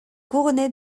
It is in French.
couronnée